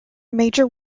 major